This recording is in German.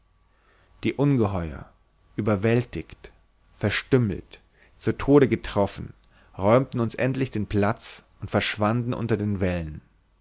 die ungeheuer überwältigt verstümmelt zu tode getroffen räumten uns endlich den platz und verschwanden unter den wellen